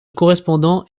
correspondant